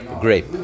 grape